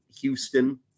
Houston